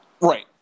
Right